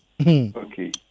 Okay